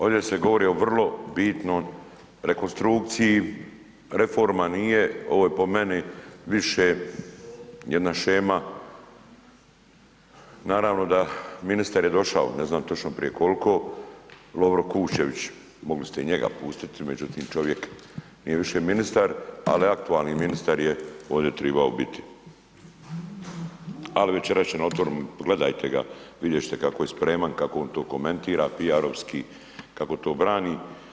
Ovdje se govori o vrlo bitnom rekonstrukciji, reforma nije, ovo je po meni više jedna shema, naravno da ministar je došao, ne znam točno prije koliko, Lovro Kuščević mogli ste i njega pustiti međutim čovjek nije više ministar, ali aktualni ministar je ovde tribao biti, ali večeras će na Otvorenom, gledajte ga, vidjet ćete kako je spreman, kako on komentira PR-ovski, kako to brani.